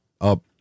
up